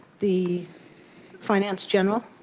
the finance general.